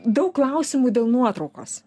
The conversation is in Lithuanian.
daug klausimų dėl nuotraukos